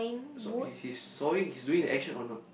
saw he he's sawing he's doing the action or not